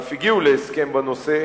ואף הגיעו להסכם בנושא,